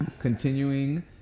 continuing